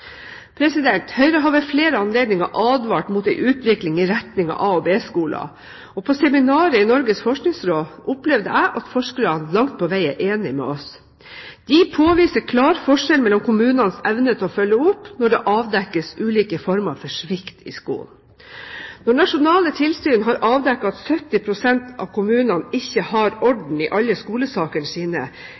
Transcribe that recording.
Høyre har ved flere anledninger advart mot en utvikling i retning av A-skoler og B-skoler. På seminaret i Norges forskningsråd opplevde jeg at forskerne langt på vei er enige med oss. De påviser klar forskjell mellom kommunenes evne til å følge opp når det avdekkes ulike former for svikt i skolen. Når nasjonale tilsyn har avdekket at 70 pst. av kommunene ikke har orden i alle skolesakene sine,